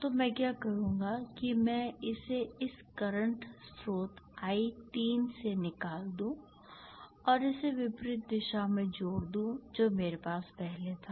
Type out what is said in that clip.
तो मैं क्या करूँगा कि मैं इसे इस करंट स्रोत I3 से निकाल दूं और इसे विपरीत दिशा में जोड़ दूं जो मेरे पास पहले था